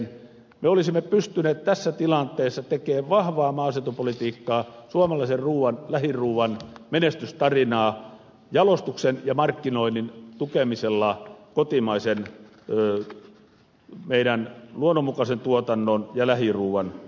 me olisimme pystyneet tässä tilanteessa tekemään vahvaa maaseutupolitiikkaa suomalaisen ruuan lähiruuan menestystarinaa jalostuksen ja markkinoinnin tukemisella meidän kotimaisen luonnonmukaisen tuotantomme ja lähiruuan osalta